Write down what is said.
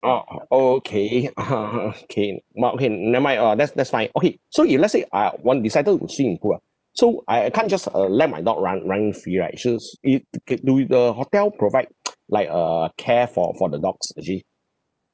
uh uh okay (uh huh) K mark K n~ never mind uh that's that's fine okay so if let's say I want decided to swim in the pool ah so I I can't just uh let my dog run run free right should could do the hotel provide like a care for for the dogs actually